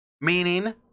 Meaning